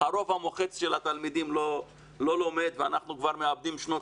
הרוב המוחץ של התלמידים לא לומד ואנחנו כבר מאבדים שנות